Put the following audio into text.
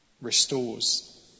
restores